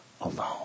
alone